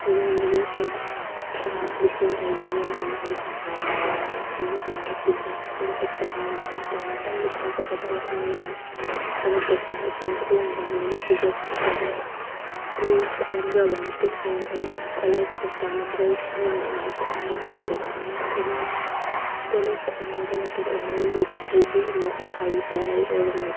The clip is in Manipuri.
ꯅꯣꯡꯃꯒꯤ ꯑꯣꯏꯕ ꯆꯥꯛ ꯏꯁꯤꯡ ꯑꯩꯒꯤ ꯏꯃꯨꯡ ꯃꯅꯨꯡꯒꯤ ꯆꯥꯛ ꯏꯁꯤꯡ ꯊꯣꯡꯗꯨꯅ ꯑꯩꯒꯤ ꯏꯅꯥꯎ ꯅꯨꯄꯤꯁꯤꯡ ꯁ꯭ꯀꯨꯜ ꯆꯠꯄ ꯅꯪꯅꯉꯥꯏ ꯄꯨꯡ ꯃꯥꯄꯟꯗ ꯁ꯭ꯀꯨꯜ ꯆꯠꯀꯗꯕ ꯅꯪꯅꯉꯥꯏꯗꯃꯛꯇ ꯆꯥꯛ ꯏꯁꯤꯡ ꯊꯣꯡꯉꯒ ꯃꯣꯏꯕꯨ ꯄꯤꯖ ꯄꯤꯊꯛꯑꯒ ꯁ꯭ꯀꯨꯜ ꯆꯠꯍꯟꯈ꯭ꯔꯕ ꯃꯇꯨꯡ ꯑꯩꯅ ꯑꯩꯒꯤ ꯀꯣꯂꯦꯖ ꯄꯨꯡ ꯇꯔꯥꯃꯊꯣꯏ ꯅꯪꯅꯉꯥꯏ ꯆꯠꯅꯉꯥꯏꯒꯤꯗꯃꯛꯇ ꯑꯩꯅ ꯀꯣꯂꯦꯖ ꯆꯠꯅꯉꯥꯏꯒꯤꯗꯃꯛꯇ ꯑꯩꯅ ꯑꯩꯒꯤ ꯑꯃꯨꯛ ꯏꯁꯥꯒꯤ ꯇꯌꯥꯔꯤ ꯑꯣꯏꯕ